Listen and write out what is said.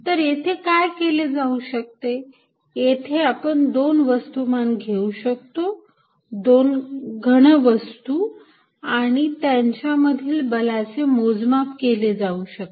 तर इथे काय केले जाऊ शकते येथे आपण दोन वस्तुमान घेऊ शकतो दोन घण वस्तू आणि त्यांच्यामधील बलाचे मोजमाप केले जाऊ शकते